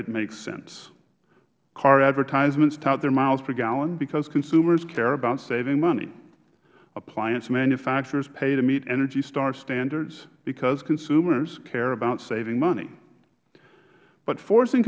it makes sense car advertisements tout their miles per gallon because consumers care about saving money appliance manufacturers pay to meet energy star standards because consumers care about saving money but forcing